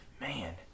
Man